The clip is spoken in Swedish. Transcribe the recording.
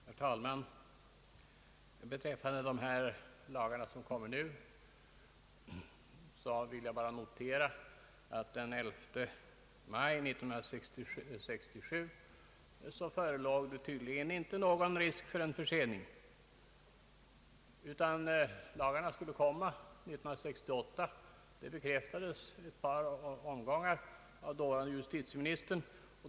Herr talman! Beträffande de lagar som nu kommer vill jag bara notera att det den 11 maj 1967 tydligen inte förelåg någon risk för en försening, utan lagarna skulle komma 1968. Det bekräftades i ett par omgångar av dåvarande justitieministern.